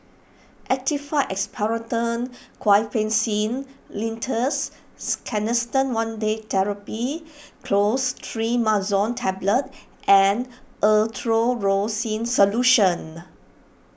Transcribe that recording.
Actified Expectorant Guaiphenesin Linctus Canesten one Day therapy Clostrimazole Tablet and Erythroymycin Solution